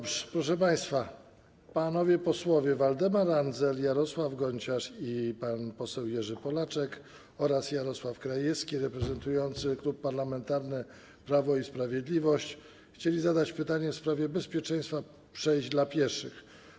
Dobrze, proszę państwa, panowie posłowie Waldemar Andzel, Jarosław Gonciarz, Jerzy Polaczek oraz Jarosław Krajewski, reprezentujący Klub Parlamentarny Prawo i Sprawiedliwość, chcieli zadać pytanie w sprawie bezpieczeństwa przejść dla pieszych.